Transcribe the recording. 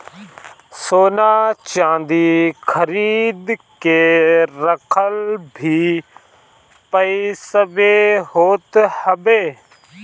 सोना चांदी खरीद के रखल भी पईसवे होत हवे